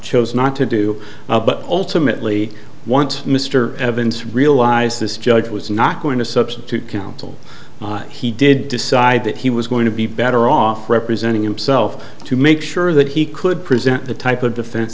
chose not to do but ultimately want mr evans realised this judge was not going to substitute counsel he did decide that he was going to be better off representing himself to make sure that he could present the type of defen